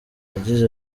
yagize